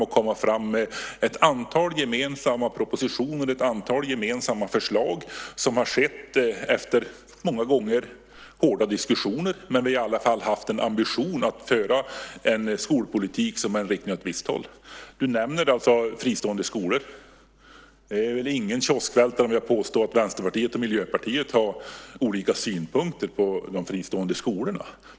Vi har kommit fram med ett antal gemensamma propositioner och ett antal gemensamma förslag efter många gånger hårda diskussioner. Men vi har i alla fall haft en ambition att föra en skolpolitik som är riktad åt ett visst håll. Du nämner fristående skolor. Det är väl ingen kioskvältare om jag påstår att Vänsterpartiet och Miljöpartiet har olika synpunkter på de fristående skolorna.